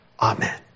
Amen